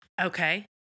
Okay